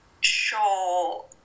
sure